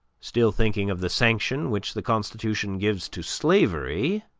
still thinking of the sanction which the constitution gives to slavery,